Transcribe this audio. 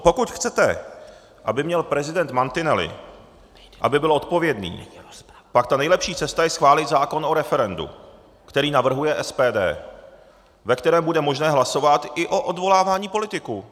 Pokud chcete, aby měl prezident mantinely, aby byl odpovědný, pak ta nejlepší cesta je schválit zákon o referendu, který navrhuje SPD, ve kterém bude možné hlasovat i o odvolávání politiků.